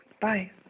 Bye